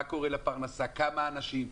מה קורה לפרנסה, כמה אנשים?